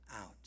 out